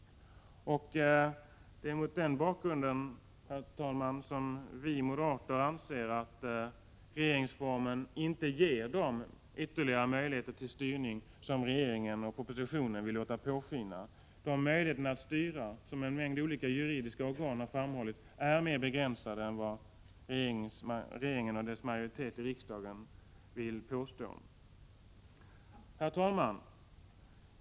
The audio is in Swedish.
Mot den bakgrunden, herr talman, anser vi moderater att regeringsformen inte ger de ytterligare möjligheter till styrning som regeringen i propositionen låter påskina. Möjligheterna att styra är, som en mängd olika juridiska organ har framhållit, mer begränsade än vad regeringen och majoriteten i riksdagen påstår. Herr talman!